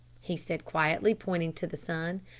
he said quietly, pointing to the sun,